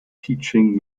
teaching